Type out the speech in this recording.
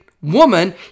woman